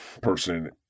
person